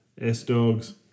S-dogs